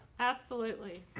absolutely.